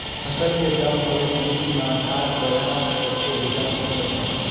फसल के दम हवे मंडी मा घाट बढ़ा रथे ओला कोन बताही?